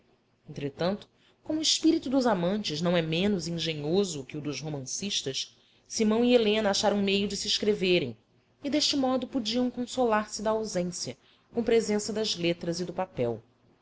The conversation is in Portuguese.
entretanto como o espírito dos amantes não é menos engenhoso que o dos romancistas simão e helena acharam meio de se escreverem e deste modo podiam consolar-se da ausência com presença das letras e do papel